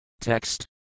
Text